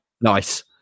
Nice